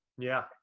yeah.